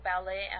ballet